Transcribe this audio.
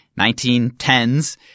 1910s